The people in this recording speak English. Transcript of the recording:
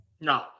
No